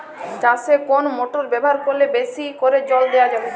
চাষে কোন মোটর ব্যবহার করলে বেশী করে জল দেওয়া যাবে?